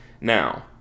Now